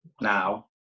now